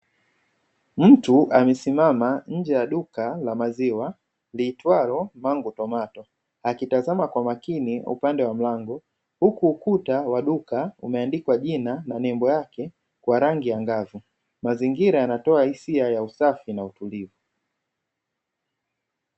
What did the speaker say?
Mtu amesimama nje ya duka la maziwa liitwalo "mangu tomato", akitazama kwa makini upande wa mlango huku ukuta wa duka umeandikwa jina na nembo yake, kwa rangi angavu mazingira yanatoa hisia ya usafi na utulivu.